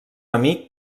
amic